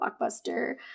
blockbuster